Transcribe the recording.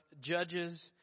Judges